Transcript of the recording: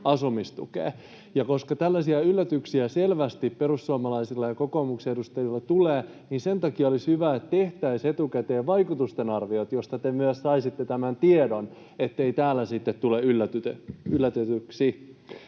asumistukeen. Ja koska tällaisia yllätyksiä selvästi perussuomalaisille ja kokoomuksen edustajille tulee, niin sen takia olisi hyvä, että tehtäisiin etukäteen vaikutusten arviointi, josta te myös saisitte tämän tiedon, ettei täällä sitten tule yllätetyksi.